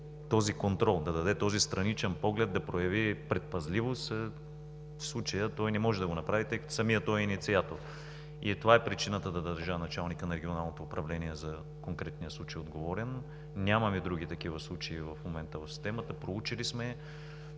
този контрол, да даде този страничен поглед, да прояви предпазливост. Не може да го направи, защото самият той е инициатор. Това е причината да държа началника на Регионалното управление за конкретния случай отговорен. Нямаме други такива случаи в момента в системата. Проучили сме.